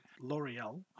L'Oreal